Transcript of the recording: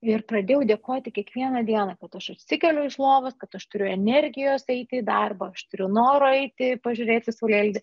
ir pradėjau dėkoti kiekvieną dieną kad aš atsikeliu iš lovos kad aš turiu energijos eiti į darbą aš turiu noro eiti pažiūrėti saulėlydį